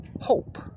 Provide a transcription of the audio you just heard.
hope